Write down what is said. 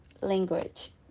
language